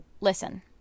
Listen